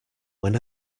when